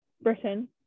Britain